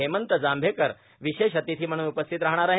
हेमंत जांमेकर विश्रेष अतिथी म्हणून उपस्थित राहणार आहेत